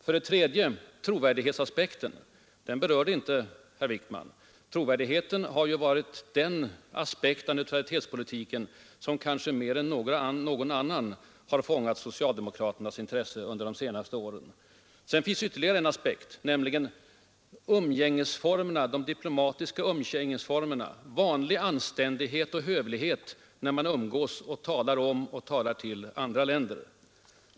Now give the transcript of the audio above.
Den tredje aspekten — trovärdighetsaspekten — berörde inte herr Wickman. Trots att trovärdigheten har varit det led i neutralitetspolitiken som kanske mer än något annat har fångat socialdemokraternas intresse under de senaste åren. Sedan finns ytterligare en aspekt, nämligen de diplomatiska umgängesformerna — vanlig anständighet och hövlighet — när man umgås och talar om och till andra länder.